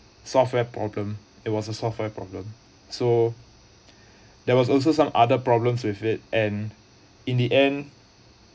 software problem it was a software problem so there was also some other problems with it and in the end